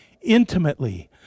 intimately